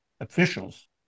officials